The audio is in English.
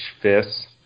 fists